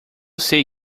sei